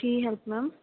Ki help ma'am